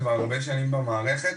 כבר הרבה שנים במערכת.